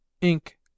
Ink